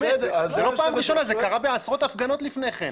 זאת לא פעם ראשונה אלא זה קרה בעשרות הפגנות לפני כן.